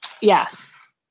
Yes